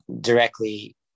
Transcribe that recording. directly